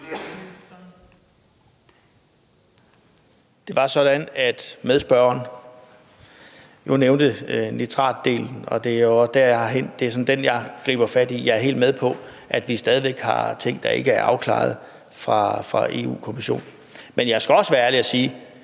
Det var sådan, at medspørgeren nævnte nitratdelen, og det er sådan den, jeg griber fat i. Jeg er helt med på, at vi stadig væk har ting, der ikke er afklaret af Europa-Kommissionen. Men jeg skal også være ærlig og sige,